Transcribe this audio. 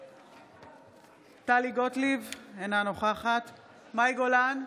בעד טלי גוטליב, אינה נוכחת מאי גולן,